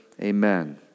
Amen